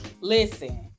listen